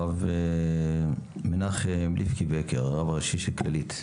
הרב מנחם לפקיבקר, הרב הראשי של כללית.